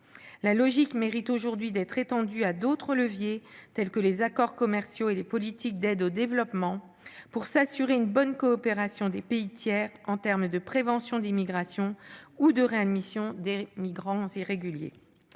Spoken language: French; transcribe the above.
La logique mérite aujourd'hui d'être étendue à d'autres leviers, tels que les accords commerciaux et les politiques d'aide au développement, pour s'assurer une bonne coopération des pays tiers en matière de prévention des migrations ou de réadmission des migrants irréguliers.